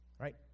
right